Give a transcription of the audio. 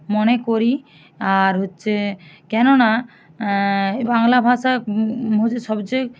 মনে করি আর হচ্ছে কেননা এ বাংলা ভাষা হচ্ছে সবচেয়ে